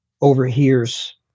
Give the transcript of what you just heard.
overhears